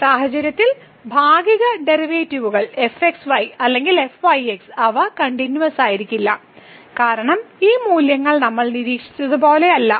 ഈ സാഹചര്യത്തിൽ ഭാഗിക ഡെറിവേറ്റീവുകൾ fxy അല്ലെങ്കിൽ fyx അവ കണ്ടിന്യൂവസ്സായിരിക്കില്ല കാരണം ഈ മൂല്യങ്ങൾ നമ്മൾ നിരീക്ഷിച്ചതുപോലെയല്ല